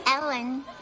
Ellen